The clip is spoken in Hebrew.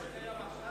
זה מה שקיים עכשיו?